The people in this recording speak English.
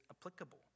applicable